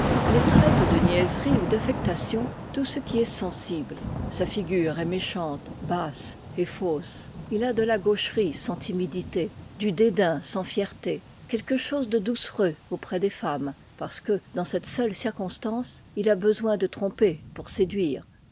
il traite de niaiserie ou d'affectation tout ce qui est sensible sa figure est méchante basse et fausse il a de la gaucherie sans timidité du dédain sans fierté quelque chose de doucereux auprès des femmes parce que dans cette seule circonstance il a besoin de tromper pour séduire